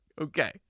okay